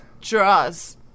Draws